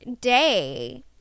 day